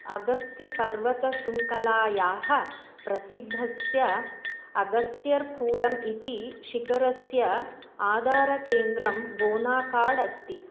अगस्त्यपर्वतशृङ्खलायाः प्रसिद्धस्य अगस्त्यर्कूडम् इति शिखरस्य आधारकेन्द्रं बोनाकाड् अस्ति